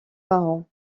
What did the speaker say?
marron